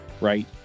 right